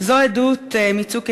זו עדות מ"צוק איתן",